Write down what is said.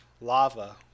lava